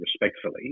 respectfully